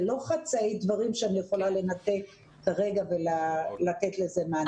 זה לא חצאי דברים שאני יכולה לנתק כרגע ולתת לזה מענה.